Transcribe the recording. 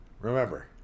remember